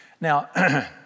Now